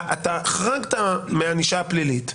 חרגת מהענישה הפלילית.